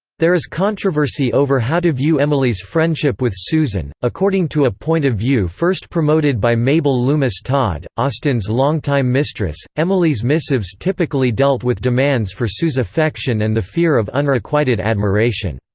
there is controversy over how to view emily's friendship with susan according to a point of view first promoted by mabel loomis todd, austin's longtime mistress, emily's missives typically dealt with demands for sue's affection and the fear of unrequited admiration.